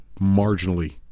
marginally